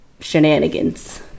shenanigans